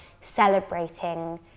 celebrating